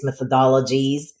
methodologies